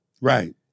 Right